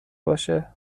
باشه